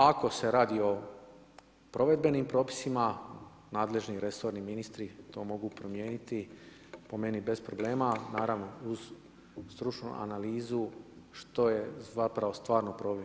Ako se radi o provedbenim propisima, nadležni resorni ministri to mogu promijeniti po meni bez problema naravno uz stručnu analizu što je zapravo stvarno problem.